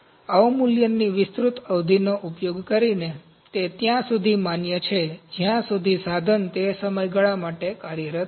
અવમૂલ્યનની વિસ્તૃત અવધિનો ઉપયોગ કરીને તે ત્યાં સુધી માન્ય છે જ્યાં સુધી સાધન તે સમયગાળા માટે કાર્યરત રહે